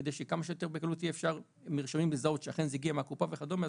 כדי שכמה שיותר בקלות אפשר יהיה לזהות מרשמים שאכן הגיעו מהקופה וכדומה.